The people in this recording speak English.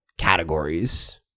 categories